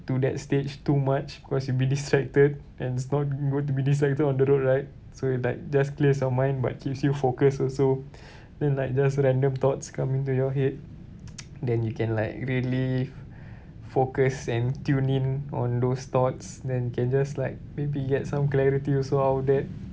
to that stage too much because you'll be distracted and it's not good to be distracted on the road right so it's like just clears your mind but keeps you focus also then like just random thoughts come into your head then you can like really focus and tune in on those thoughts then can just like maybe get some clarity also out of that